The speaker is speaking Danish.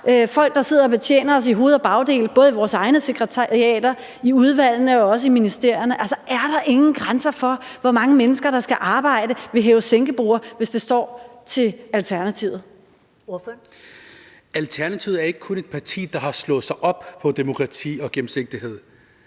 folk, der sidder og betjener os i hoved og bagdel, både i vores egne sekretariater, i udvalgene og også i ministerierne. Er der ingen grænser for, hvor mange mennesker der skal arbejde ved hæve-sænke-borde, hvis det står til Alternativet? Kl. 14:31 Første næstformand (Karen Ellemann): Ordføreren.